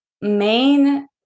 main